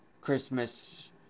Christmas